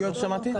לא שמעתי.